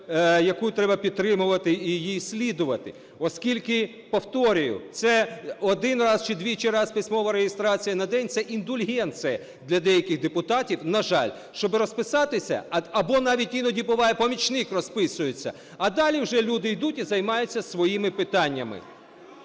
яку треба підтримувати і їй слідувати, оскільки, повторюю, це один раз чи двічі разыв письмова реєстрація на день – це індульгенція для деяких депутатів, на жаль, щоби розписатися, або навіть іноді буває помічник розписується, а далі вже люди йдуть і займаються своїми питаннями.